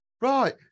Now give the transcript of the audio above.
Right